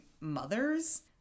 mothers